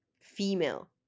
female